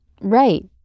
Right